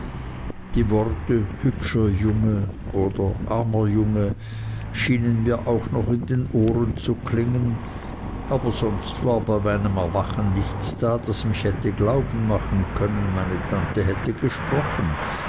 die worte hübscher junge oder armer junge schienen mir auch noch in den ohren zu klingen aber sonst war bei meinem erwachen nichts da das mich hätte glauben machen können meine tante hätte gesprochen